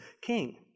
king